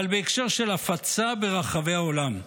אבל בהקשר של הפצה ברחבי העולם,